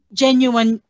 genuine